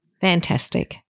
Fantastic